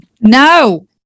No